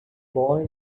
boy